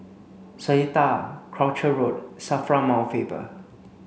Seletar Croucher Road SAFRA Mount Faber